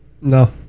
No